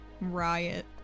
riot